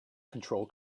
control